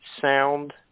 sound